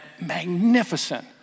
magnificent